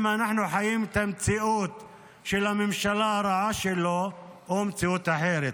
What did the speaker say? אם אנחנו חיים את המציאות של הממשלה הרעה שלו או מציאות אחרת.